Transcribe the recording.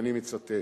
ואני מצטט,